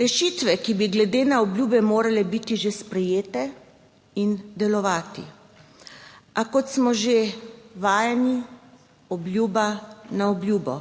Rešitve, ki bi glede na obljube morale biti že sprejete in delovati, a kot smo že vajeni, obljuba na obljubo.